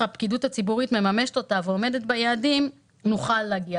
הפקידות הציבורית מממשת אותה ועומדת ביעדים נוכל להגיע.